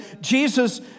Jesus